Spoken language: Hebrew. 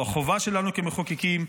זו החובה שלנו כמחוקקים,